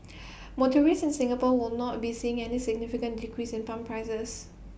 motorists in Singapore will not be seeing any significant decrease in pump prices